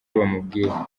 bamubwira